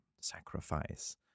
sacrifice